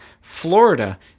Florida